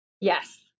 Yes